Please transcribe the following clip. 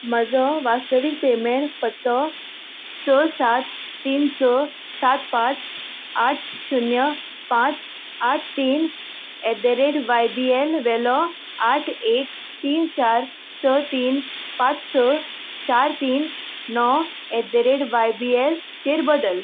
म्हजो वास्तवीक पेमेंट पत्तो स सात तीन स सात पांच आठ शुन्य पांच आठ तीन at the rate Y B L वेलो आठ एक तीन चार स तीन पांच स चार तीन णव at the rate Y B L चेर बदल